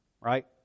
Right